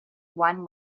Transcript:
one